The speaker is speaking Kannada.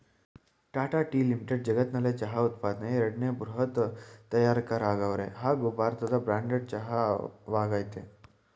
ಟಾಟಾ ಟೀ ಲಿಮಿಟೆಡ್ ಜಗತ್ನಲ್ಲೆ ಚಹಾ ಉತ್ಪನ್ನದ್ ಎರಡನೇ ಬೃಹತ್ ತಯಾರಕರಾಗವ್ರೆ ಹಾಗೂ ಭಾರತದ ಬ್ರ್ಯಾಂಡೆಡ್ ಚಹಾ ವಾಗಯ್ತೆ